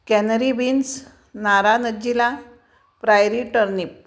canary beans naranjilla prairie turnip